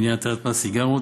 בעניין הטלת מס סיגריות